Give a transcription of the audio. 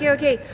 yeah okay.